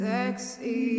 Sexy